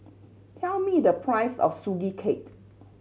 tell me the price of Sugee Cake